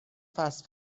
فست